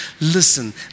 Listen